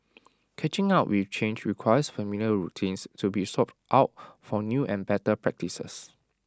catching up with change requires familiar routines to be swapped out for new and better practices